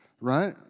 right